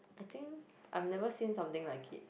I think I've never seen something like it